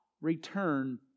return